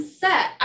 set